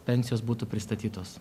pensijos būtų pristatytos